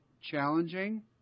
challenging